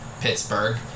Pittsburgh